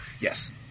Yes